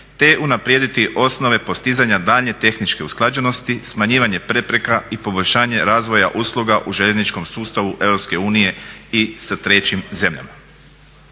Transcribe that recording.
te unaprijediti osnove postizanja daljnje tehničke usklađenosti, smanjivanje prepreka i poboljšanje razvoja usluga u željezničkom sustavu EU i sa trećim zemljama.